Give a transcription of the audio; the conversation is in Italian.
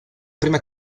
prima